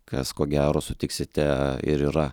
kas ko gero sutiksite ir yra